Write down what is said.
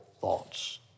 thoughts